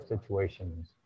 situations